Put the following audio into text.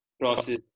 process